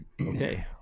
Okay